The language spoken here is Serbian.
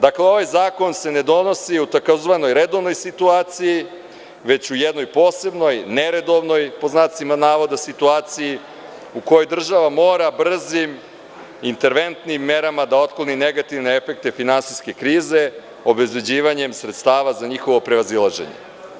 Dakle, ovaj zakon se ne donosi u tzv. redovnoj situaciji, već u jednoj posebnoj, neredovnoj, pod znacima navoda, situaciji u kojoj država mora brzim, interventnim merama da otkloni negativne efekte finansijske krize, obezbeđivanjem sredstava za njihovo prevazilaženje.